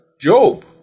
Job